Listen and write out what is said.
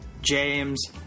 James